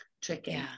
tricky